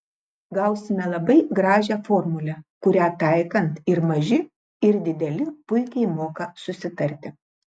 gausime labai gražią formulę kurią taikant ir maži ir dideli puikiai moka susitarti